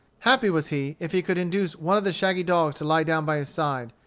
happy was he if he could induce one of the shaggy dogs to lie down by his side,